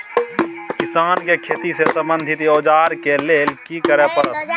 किसान के खेती से संबंधित औजार के लेल की करय परत?